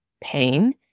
pain